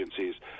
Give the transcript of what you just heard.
agencies